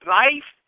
life